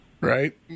Right